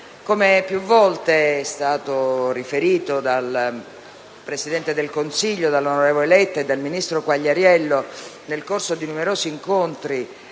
Come più volte è stato riferito dal presidente del Consiglio, onorevole Letta, e dal ministro Quagliariello, nel corso di numerosi incontri